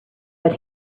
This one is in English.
but